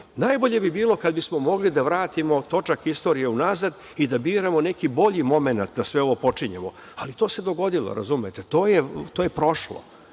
Najbolje bi bilo kada bismo mogli da vratimo točak istorije unazad i da biramo neki bolji momenat da sve ovo počinjemo, ali to se dogodilo, razumete? To je prošlo.